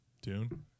Dune